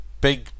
big